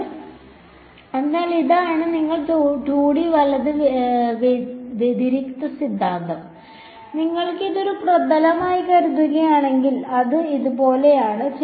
അതിനാൽ ഇതാണ് നിങ്ങൾ 2D വലത് വ്യതിരിക്ത സിദ്ധാന്തം നിങ്ങൾക്ക് ഇത് ഒരു പ്രതലമായി കരുതണമെങ്കിൽ അത് ഇതുപോലെയാണ്